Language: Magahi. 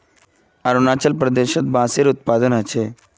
अरुणाचल प्रदेशत बांसेर उत्पादन ह छेक